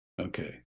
Okay